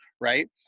right